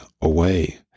away